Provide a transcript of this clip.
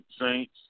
saints